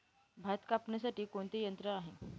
भात कापणीसाठी कोणते यंत्र आहे?